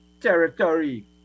territory